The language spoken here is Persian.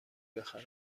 بخرم